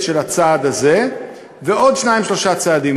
של הצעד הזה ועוד שניים-שלושה צעדים.